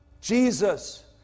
Jesus